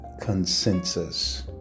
Consensus